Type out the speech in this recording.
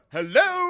Hello